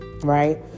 right